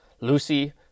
Lucy